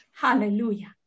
Hallelujah